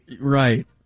Right